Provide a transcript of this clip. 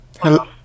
Hello